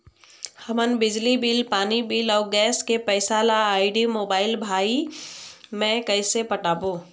हमर बिजली बिल, पानी बिल, अऊ गैस के पैसा ला आईडी, मोबाइल, भाई मे कइसे पटाबो?